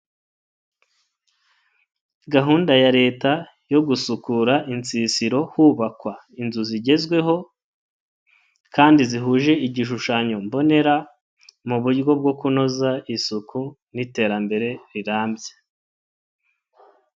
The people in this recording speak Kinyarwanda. Gahunda ya Leta yo gusukura insisiro hubakwa inzu zigezweho kandi zihuje igishushanyo mbonera mu buryo bwo kunoza isuku n'iterambere rirambye.